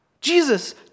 Jesus